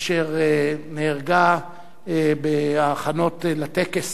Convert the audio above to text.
אשר נהרגה בהכנות לטקס,